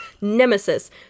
Nemesis